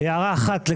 הערה אחת.